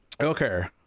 Okay